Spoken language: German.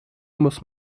muss